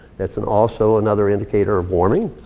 that's and also another indicator of warming.